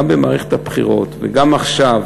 גם במערכת הבחירות וגם עכשיו,